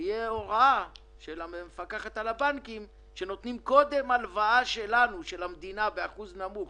שתהיה הוראה של המפקחת על הבנקים שנותנים הלוואה של המדינה באחוז נמוך.